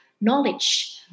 knowledge